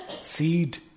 seed